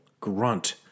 grunt